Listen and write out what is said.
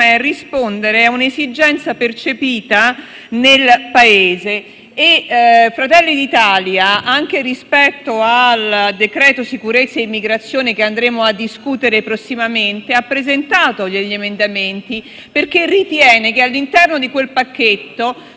è rispondere a un'esigenza percepita nel Paese. Fratelli d'Italia, anche rispetto al decreto-legge su sicurezza e immigrazione, che discuteremo prossimamente, ha presentato degli emendamenti, perché ritiene che all'interno di quel pacchetto